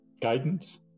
guidance